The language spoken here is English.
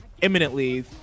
imminently